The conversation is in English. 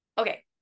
Okay